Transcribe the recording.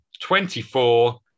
24